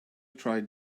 tried